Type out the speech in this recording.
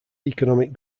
economic